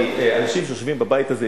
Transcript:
כי האנשים שיושבים בבית הזה,